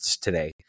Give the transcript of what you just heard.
today